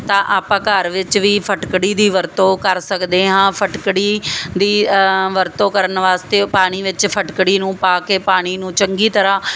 ਤਾਂ ਆਪਾਂ ਘਰ ਵਿੱਚ ਵੀ ਫਟਕੜੀ ਦੀ ਵਰਤੋਂ ਕਰ ਸਕਦੇ ਹਾਂ ਫਟਕੜੀ ਦੀ ਵਰਤੋਂ ਕਰਨ ਵਾਸਤੇ ਉਹ ਪਾਣੀ ਵਿੱਚ ਫਟਕੜੀ ਨੂੰ ਪਾ ਕੇ ਪਾਣੀ ਨੂੰ ਚੰਗੀ ਤਰ੍ਹਾਂ